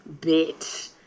Bitch